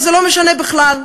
וזה לא משנה בכלל.